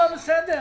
בסדר.